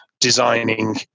designing